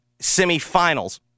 semifinals